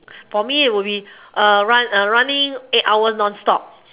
for me would be uh run running eight hours non stop